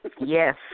Yes